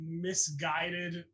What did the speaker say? misguided